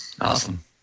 Awesome